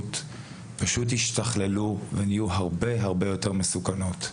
הבריונות השתכללו ונהיו הרבה הרבה יותר מסוכנות.